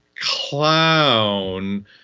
clown